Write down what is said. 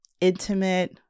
intimate